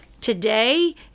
Today